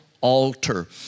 altar